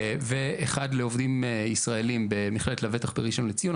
עוד אחד לעובדים ישראלים במכללת לבטח בראשון לציון.